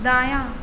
दायाँ